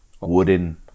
wooden